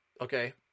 okay